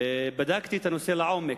בדקתי את הנושא לעומק,